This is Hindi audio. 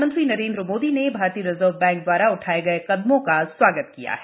प्रधानमंत्री नरेन्द्र मोदी ने भारतीय रिजर्व बैंक द्वारा उठाए गए कदमों का स्वागत किया है